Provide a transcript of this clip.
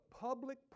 public